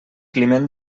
climent